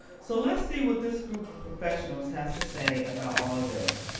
so let's see what this group of professionals has to say about all of this.